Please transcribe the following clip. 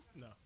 No